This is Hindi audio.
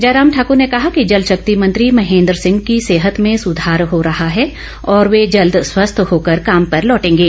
जयराम ठाकूर ने कहा कि जलशक्ति मंत्री महेंद्र सिंह की सेहत में सुधार हो रहा है और वे जल्द स्वस्थ होकर काम पर लौटेंगे